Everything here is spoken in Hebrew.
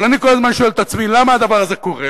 אבל אני כל הזמן שואל את עצמי: למה הדבר הזה קורה,